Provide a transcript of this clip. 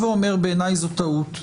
שבעיניי זאת טעות.